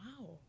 wow